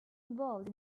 involved